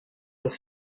los